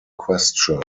question